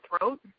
throat